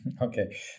Okay